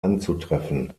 anzutreffen